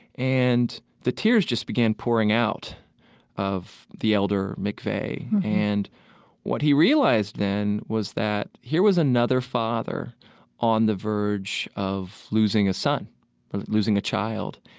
and the tears just began pouring out of the elder mcveigh. and what he realized then was that here was another father on the verge of losing a son, but of losing a child.